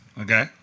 Okay